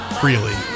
freely